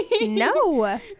no